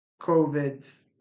COVID